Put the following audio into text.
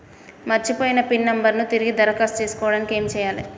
మర్చిపోయిన PIN number ను తిరిగి దరఖాస్తు చేసుకోవడానికి ఏమి చేయాలే?